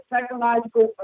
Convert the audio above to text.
psychological